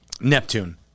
Neptune